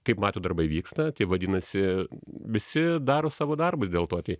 kaip matot darbai vyksta vadinasi visi daro savo darbus dėl to tai